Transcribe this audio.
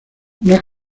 una